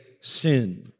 sin